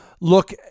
look